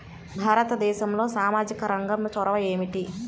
భారతదేశంలో సామాజిక రంగ చొరవ ఏమిటి?